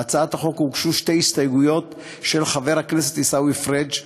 להצעת החוק הוגשו שתי הסתייגויות של חבר הכנסת עיסאווי פריג'.